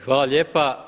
Hvala lijepa.